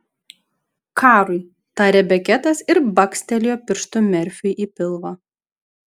karui tarė beketas ir bakstelėjo pirštu merfiui į pilvą